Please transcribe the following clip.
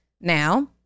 Now